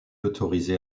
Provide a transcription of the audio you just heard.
autorisé